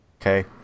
Okay